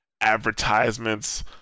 advertisements